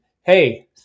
hey